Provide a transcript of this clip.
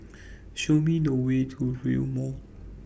Show Me The Way to Rail Mall